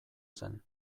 zen